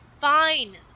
Fine